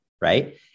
right